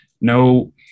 No